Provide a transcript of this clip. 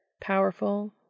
powerful